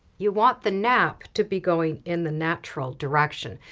you want the nap to be going in the natural direction.